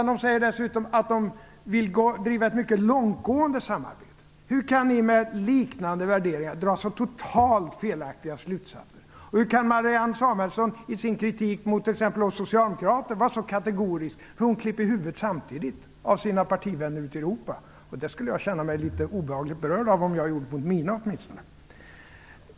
De säger dessutom att de vill driva ett mycket långtgående samarbete. Hur kan ni med liknande värderingar dra så totalt felaktiga slutsatser? Hur kan Marianne Samuelsson i sin kritik mot t.ex. oss socialdemokrater vara så kategorisk att hon samtidigt klipper huvudet av sina partivänner ute i Europa. Jag skulle känna mig litet obehagligt berörd om jag hade gjort så mot mina patikamrater.